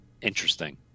interesting